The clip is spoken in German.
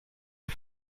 die